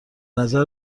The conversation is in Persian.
نظر